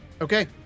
Okay